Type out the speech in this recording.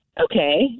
Okay